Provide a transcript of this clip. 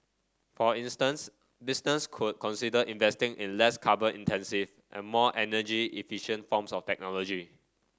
for instance business could consider investing in less carbon intensive and more energy efficient forms of technology